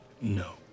No